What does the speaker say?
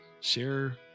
Share